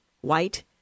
white